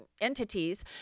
entities